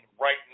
right